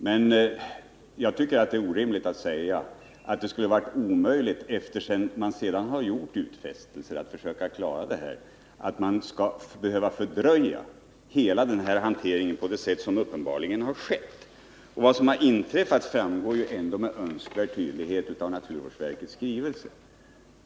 Men jag tycker det är orimligt att man skall behöva fördröja hela hanteringen på det sätt som skett. Vad som har inträffat framgår med önskvärd tydlighet av naturvårdsverkets skrivelser.